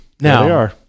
Now